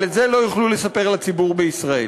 אבל את זה לא יוכלו לספר לציבור בישראל.